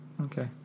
okay